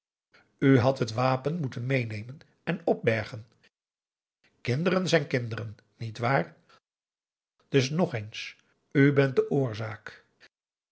hadt het wapen moeten meenemen en opbergen kinderen zijn kinderen niet waar dus nog eens u bent de oorzaak